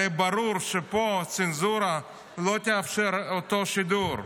הרי ברור שפה הצנזורה לא תאפשר את אותו שידור.